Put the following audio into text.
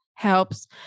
helps